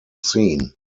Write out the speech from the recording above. seen